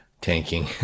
tanking